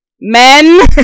Men